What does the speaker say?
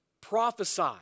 prophesy